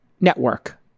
network